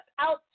out